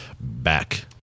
back